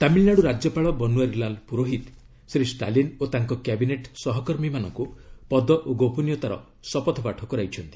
ତାମିଲନାଡ଼ୁ ରାକ୍ୟପାଳ ବନୱାରିଲାଲ ପୁରୋହିତ ଶ୍ରୀ ଷ୍ଟାଲିନ ଓ ତାଙ୍କ କ୍ୟାବିନେଟ୍ ସହକର୍ମୀମାନଙ୍କୁ ପଦ ଓ ଗୋପନୀୟତାର ଶପଥପାଠ କରାଇଛନ୍ତି